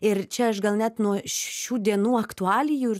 ir čia aš gal net nuo šių dienų aktualijų ir